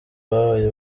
babaye